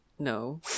no